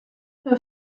her